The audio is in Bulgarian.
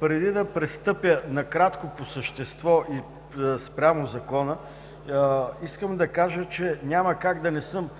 Преди да пристъпя накратко по същество спрямо Закона, искам да кажа, че няма как да съм